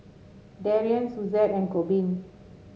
Darion Suzette and Corbin